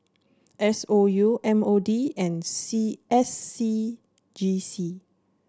S O U M O D and C S C G C